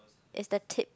it's the tip